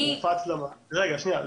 זה הופץ למעסיקים.